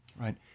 Right